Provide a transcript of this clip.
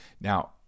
Now